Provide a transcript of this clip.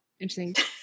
Interesting